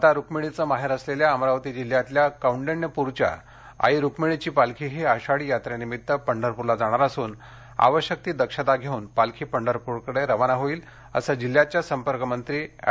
माता रुक्मिणीचं माहेर असलेल्या अमरावती जिल्ह्यातल्या कौंडण्यपूरच्या आई रुक्मिणीची पालखीही आषाढी यात्रेनिमित्त पंढरपूरला जाणार असून आवश्यक ती दक्षता घेऊन पालखी पंढरपूरकडे रवाना होईल अस जिल्ह्याच्या संपर्कमंत्री अॅड